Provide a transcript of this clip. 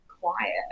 quiet